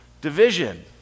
division